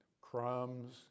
Crumbs